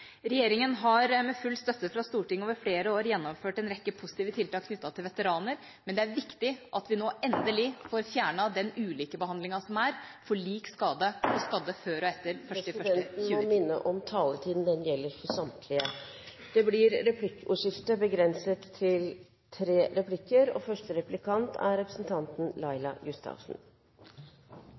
Regjeringen har med full støtte fra Stortinget over flere år gjennomført en rekke positive tiltak knyttet til veteraner, men det er viktig at vi nå endelig får fjernet den ulikebehandlingen som er for lik skade, og skadde, før og etter 1. januar 2010. Presidenten må minne om taletiden. Den gjelder for samtlige. Det blir replikkordskifte. Jeg har lyst til å ta tak i noe av det siste som representanten